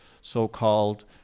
so-called